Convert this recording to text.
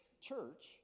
church